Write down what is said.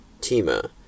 Tima